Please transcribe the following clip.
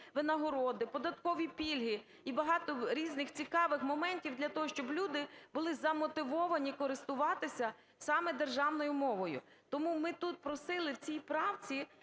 винагороди, податкові пільги і багато різних цікавих моментів для того, щоб люди були замотивовані користуватися саме державною мовою. Тому ми тут просили в цій правці,